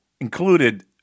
included